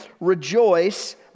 rejoice